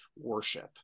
worship